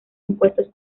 impuestos